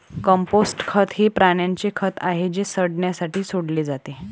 compost खत हे प्राण्यांचे खत आहे जे सडण्यासाठी सोडले जाते